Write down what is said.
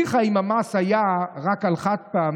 ניחא אם המס היה רק על חד-פעמי,